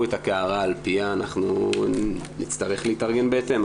את הקערה על פיה נצטרך להתארגן בהתאם,